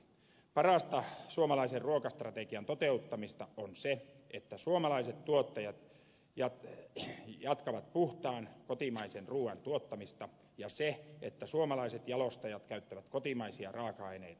parasta suomalaisen ruokastrategian toteuttamista on se että suomalaiset tuottajat jatkavat puhtaan kotimaisen ruuan tuottamista ja se että suomalaiset jalostajat käyttävät kotimaisia raaka aineita